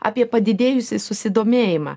apie padidėjusį susidomėjimą